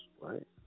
right